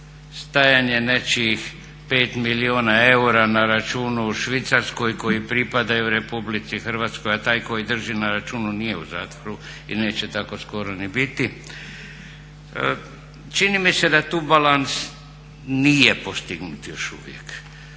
stajanje nečijih 5 milijuna eura na računu u Švicarskoj koji pripadaju Republici Hrvatskoj a taj koji drži na računu nije u zatvoru i neće tako skoro ni biti. Čini mi se da tu balans nije postignut još uvijek.